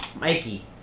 Mikey